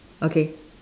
okay